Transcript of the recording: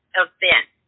event